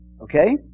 Okay